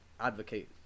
Advocate